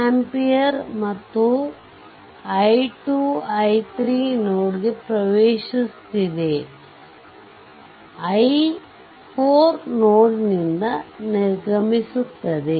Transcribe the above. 4 ampere ಮತ್ತು i2 i3ನೋಡ್ಗೆ ಪ್ರವೇಶಿಸುತ್ತಿದೆ i4 ನೋಡ್ ನಿಂದ ನಿರ್ಗಮಿಸುತ್ತದೆ